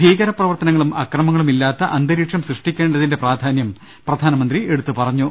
ഭീകരപ്രവർത്തനങ്ങളും അക്രമങ്ങളും ഇല്ലാത്ത അന്തരീക്ഷം സൃഷ്ടിക്കേണ്ടതിന്റെ പ്രാധാന്യം പ്രധാനമ ന്ത്രി എടുത്തുപറഞ്ഞു